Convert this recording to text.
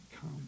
come